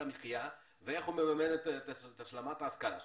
המחייה ואיך הוא מממן את השלמת ההשכלה שלו,